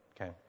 Okay